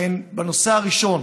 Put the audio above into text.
בנושא הראשון,